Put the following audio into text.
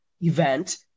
event